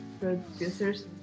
producer's